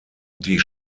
die